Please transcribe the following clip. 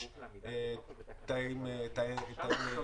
הנהג עדיין יושב באוטובוס,